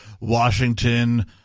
Washington